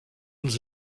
mort